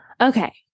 Okay